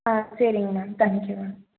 ஆ சரிங்க மேம் பண்ணிக்கிறேன்